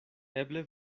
eble